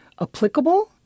applicable